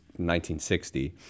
1960